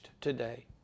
today